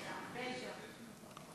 בז'ה, בז'ה.